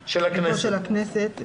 של הכנסת.